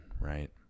right